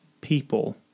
people